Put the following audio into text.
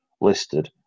listed